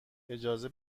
اجازه